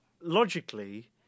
logically